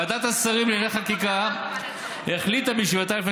ועדת השרים לענייני חקיקה החליטה בישיבתה לפני